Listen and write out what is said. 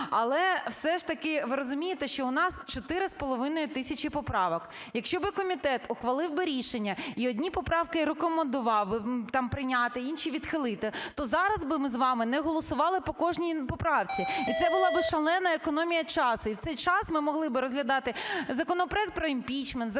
Але все ж таки, ви розумієте, що у нас 4,5 тисячі поправок. Якщо би комітет ухвалив би рішення і одні поправки рекомендував би там прийняти, інші відхилити, то зараз би ми з вами не голосували по кожній поправці і це була би шалена економія часу. І в цей час ми могли би розглядати законопроект про імпічмент,